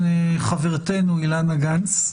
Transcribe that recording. חברתנו אילנה גנס,